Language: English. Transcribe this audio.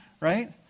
right